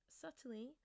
subtly